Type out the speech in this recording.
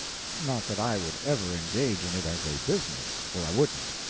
not that i would ever engage in it as a business, for i wouldn't.